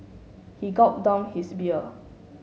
he gulped down his beer